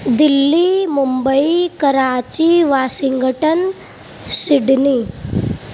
Delhi Mumbai Karachi Washington Sydney